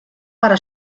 para